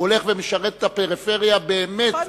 הוא הולך ומשרת את הפריפריה באמת.